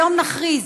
היום נכריז: